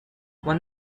one